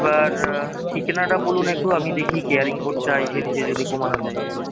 এবার ঠিকানাটা বলুন একটু আমি দেখি ক্যারিইং কোড চায় সেটিকে যদি কমানো যায় একটু